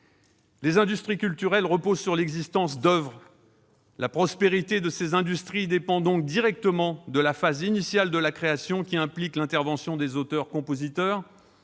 Les industries culturelles reposent sur l'existence d'oeuvres. Leur prospérité dépend donc directement de la phase initiale de la création, qui implique l'intervention des auteurs-compositeurs.